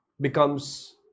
becomes